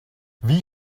wie